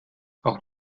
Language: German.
auch